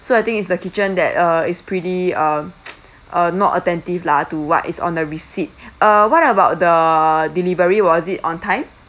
so I think it's the kitchen that uh is pretty uh uh not attentive lah to what is on the receipt uh what about the delivery was it on time